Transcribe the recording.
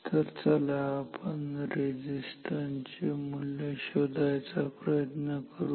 तर चला आपण या रेझिस्टन्स चे मूल्य शोधायचा प्रयत्न करू